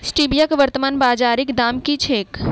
Stevia केँ वर्तमान बाजारीक दाम की छैक?